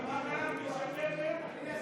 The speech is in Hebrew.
המדינה משלמת?